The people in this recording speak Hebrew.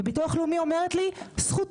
וביטוח לאומי אומר לי זכותם.